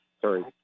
Sorry